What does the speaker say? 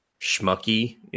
schmucky